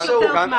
סעו.